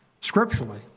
scripturally